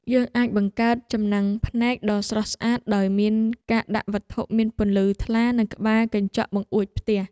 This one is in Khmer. យើងអាចបង្កើតចំណាំងភ្នែកដ៏ស្រស់ស្អាតដោយការដាក់វត្ថុមានពន្លឺថ្លានៅក្បែរកញ្ចក់បង្អួចផ្ទះ។